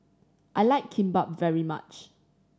I like Kimbap very much